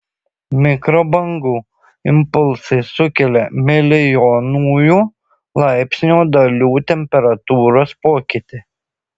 mikrobangų impulsai sukelia milijonųjų laipsnio dalių temperatūros pokytį